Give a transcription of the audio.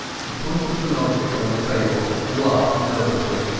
he pointed to an object on the table, and laughed nervously.